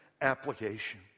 application